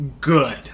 good